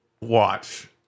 watch